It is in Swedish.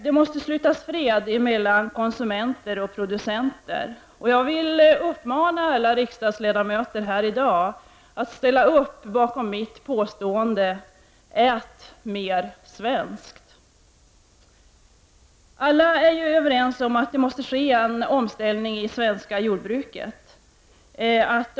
Det måste slutas fred mellan konsumenter och producenter, och jag vill uppmana alla riksdagsledamöter här i dag att ställa upp bakom uppmaningen: Ät mer svenskt! Alla är ju överens om att det måste ske en omställning i det svenska jordbruket.